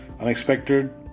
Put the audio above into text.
unexpected